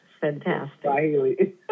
Fantastic